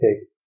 take